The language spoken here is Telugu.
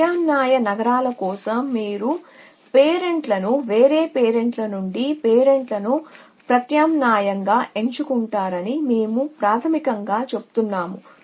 ప్రత్యామ్నాయ నగరాల కోసం మీరు పేరెంట్లను వేరే పేరెంట్ల నుండి పేరెంట్లను ప్రత్యామ్నాయంగా ఎంచుకుంటారని మేము ప్రాథమికంగా చెబుతున్నాము